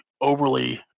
overly